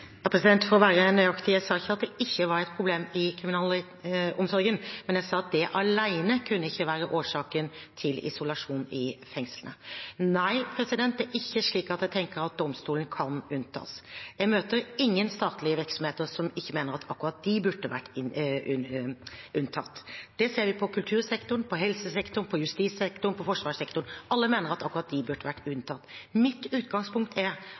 For å være nøyaktig: Jeg sa ikke at det ikke var et problem i kriminalomsorgen, men jeg sa at det alene ikke kunne være årsaken til isolasjon i fengslene. Nei, det er ikke slik at jeg tenker at domstolene kan unntas. Jeg møter ingen statlige virksomheter som ikke mener at akkurat de burde vært unntatt. Det ser vi på kultursektoren, på helsesektoren, på justissektoren, på forsvarssektoren – alle mener at akkurat de burde vært unntatt. Mitt utgangspunkt er